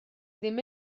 ddim